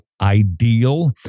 ideal